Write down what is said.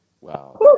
Wow